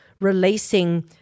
releasing